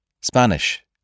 Spanish